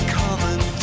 common